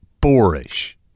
boorish